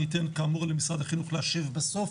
אני אתן כאמור למשרד החינוך להשיב בסוף.